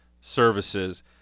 services